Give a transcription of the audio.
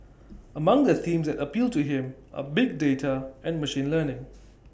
among the themes that appeal to him are big data and machine learning